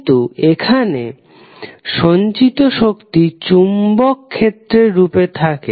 কিন্তু এখানে সঞ্চিত শক্তি চৌম্বক ক্ষেত্রের রূপে থাকে